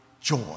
joy